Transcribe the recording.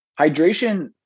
hydration